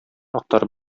актарып